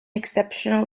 exceptional